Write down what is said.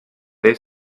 they